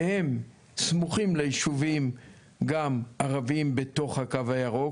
והם סמוכים לישובים גם ערבים בתוך הקו הירוק,